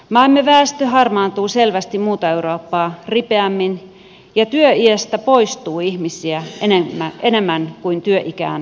maamme väestö harmaantuu selvästi muuta eurooppaa ripeämmin ja työiästä poistuu ihmisiä enemmän kuin työikään tulee